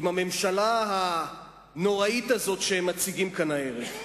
עם הממשלה הנוראית הזאת שהם מציגים כאן הערב,